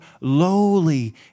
lowly